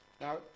Now